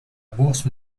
bourse